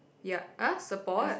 ya !huh! support